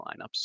lineups